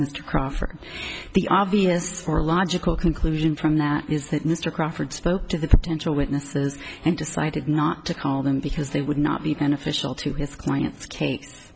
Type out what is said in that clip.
crawford the obvious more logical conclusion from that is that mr crawford spoke to the potential witnesses and decided not to call them because they would not be beneficial to his client's ca